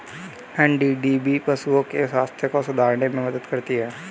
NDDB पशुओं के स्वास्थ्य को सुधारने में मदद करती है